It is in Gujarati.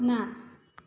ના